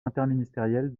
interministériel